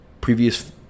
previous